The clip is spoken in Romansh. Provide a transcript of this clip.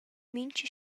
mincha